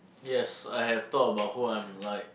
yes I have thought about who I'm like